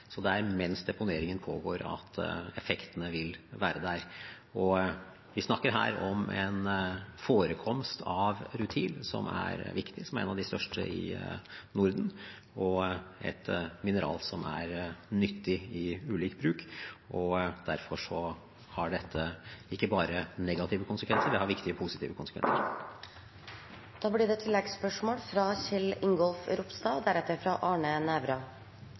være der. Vi snakker her om en forekomst av rutil som er viktig – en av de største i Norden. Det er et mineral som er nyttig i ulik bruk, og derfor har dette ikke bare negative konsekvenser. Det har også viktige positive konsekvenser. Det blir åpnet for oppfølgingsspørsmål – først Kjell Ingolf Ropstad. På oppdrag fra